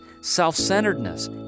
self-centeredness